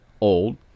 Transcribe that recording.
old